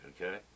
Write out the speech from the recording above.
okay